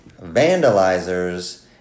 vandalizers